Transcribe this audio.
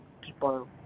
people